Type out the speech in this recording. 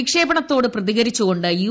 വിക്ഷേപണത്തോട് പ്രതികരിച്ചുകൊണ്ട് യു